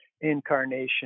incarnation